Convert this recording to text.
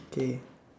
okay